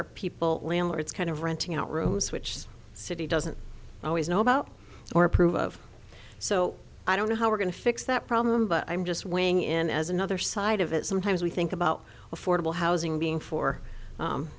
are people landlords kind of renting out rooms which the city doesn't always know about or approve of so i don't know how we're going to fix that problem but i'm just weighing in as another side of it sometimes we think about affordable housing being for